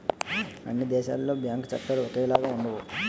అన్ని దేశాలలో బ్యాంకు చట్టాలు ఒకేలాగా ఉండవు